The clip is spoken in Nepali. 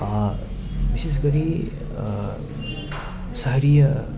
विशेष गरी शहरीय